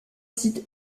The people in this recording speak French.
sites